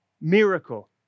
miracle